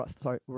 sorry